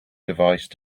device